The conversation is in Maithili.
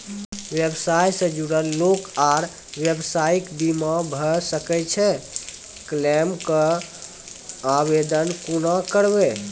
व्यवसाय सॅ जुड़ल लोक आर व्यवसायक बीमा भऽ सकैत छै? क्लेमक आवेदन कुना करवै?